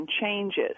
changes